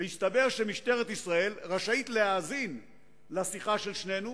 והסתבר שממשלת ישראל רשאית להאזין לשיחה של שנינו,